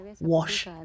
wash